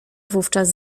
wówczas